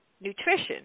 nutrition